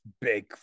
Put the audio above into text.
big